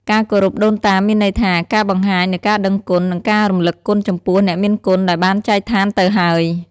ការគោរពដូនតាមានន័យថា ការបង្ហាញនូវការដឹងគុណ និងការរំលឹកគុណចំពោះអ្នកមានគុណដែលបានចែកឋានទៅហើយ។